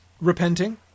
repenting